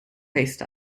faced